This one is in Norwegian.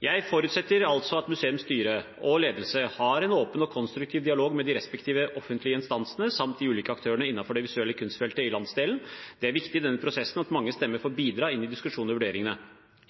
Jeg forutsetter altså at museets styre og ledelse har en åpen og konstruktiv dialog med de respektive offentlige instansene, samt de ulike aktørene innenfor det visuelle kunstfeltet i landsdelen. Det er viktig i denne prosessen at mange stemmer får bidra i diskusjonene og vurderingene.